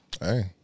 Hey